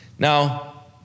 Now